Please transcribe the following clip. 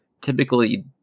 typically